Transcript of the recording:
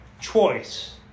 choice